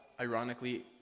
ironically